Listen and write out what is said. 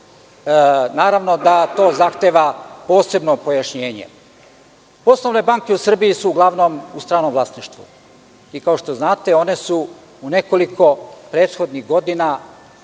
Naravno da to zahteva posebno pojašnjenje. Poslovne banke u Srbiji su uglavnom u stranom vlasništvu i kao što znate one su u nekoliko prethodnih godina